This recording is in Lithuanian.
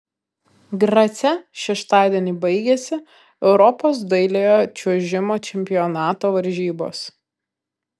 grace šeštadienį baigėsi europos dailiojo čiuožimo čempionato varžybos